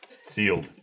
Sealed